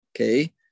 okay